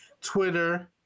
twitter